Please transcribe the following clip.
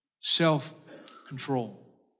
self-control